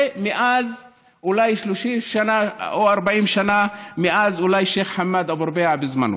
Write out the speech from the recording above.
זה אולי 30 או 40 שנה מאז שיח' חמאד אבו רביעה בזמנו.